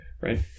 Right